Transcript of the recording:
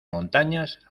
montañas